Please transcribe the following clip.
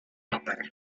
helper